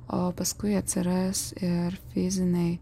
o paskui atsiras ir fiziniai